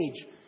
age